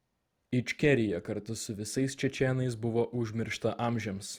ičkerija kartu su visais čečėnais buvo užmiršta amžiams